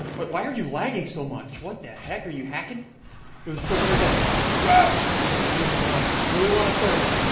why are you lagging so much? what the heck? are you hacking this person right there wow okay, here here what i really want a thermal.